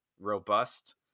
robust